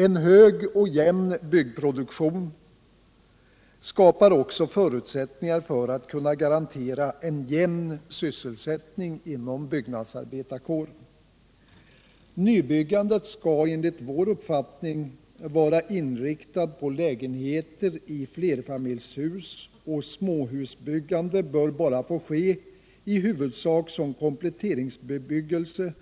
En hög och jämn byggproduktion skapar också förutsättningar för att kunna garantera en jämn sysselsättning inom byggnadsarbetarkåren. Nybyggandet skall enligt vår mening vara inriktat på lägenheter i flerfamiljshus, och småhusbyggande bör få ske i huvudsak som kompletteringsbebyggelse